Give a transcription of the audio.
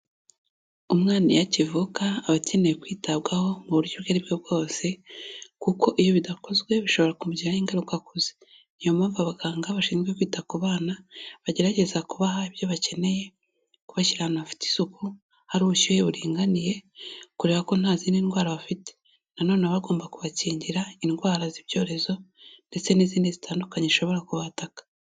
Umwana iyo akivuka, aba akeneye kwitabwaho mu buryo ubwo ari bwo bwose kuko iyo bidakozwe, bishobora kumugiraho ingaruka akuze. Niyo mpamvu abaganga bashinzwe kwita ku bana, bagerageza kubaha ibyo bakeneye, kubashyirana hafite isuku, hari ubushyuhe buringaniye, kureba ko nta zindi ndwara bafite. Na none baba bagomba kubakingira indwara z'ibyorezo ndetse n'izindi zitandukanye zishobora kubataka.